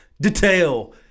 detail